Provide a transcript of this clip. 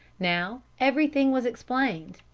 now everything was explained.